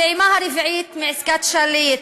תשחררו את הפעימה הרביעית מעסקת שליט